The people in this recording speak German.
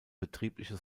betriebliche